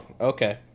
Okay